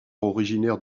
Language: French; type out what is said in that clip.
originaire